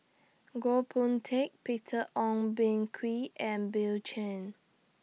Goh Boon Teck Peter Ong Boon Kwee and Bill Chen